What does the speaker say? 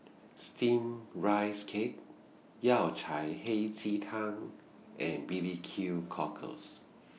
Steamed Rice Cake Yao Cai Hei Ji Tang and B B Q Cockles